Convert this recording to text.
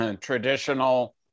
traditional